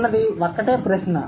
అన్నది ఒక్కటే ప్రశ్న